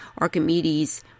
Archimedes